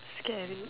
scary